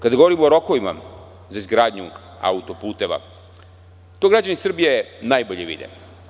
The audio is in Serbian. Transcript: Kad govorimo o rokovima za izgradnju auto-puteva, to građani Srbije najbolje vide.